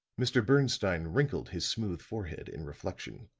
mr. bernstine wrinkled his smooth forehead in reflection.